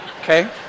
Okay